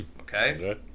Okay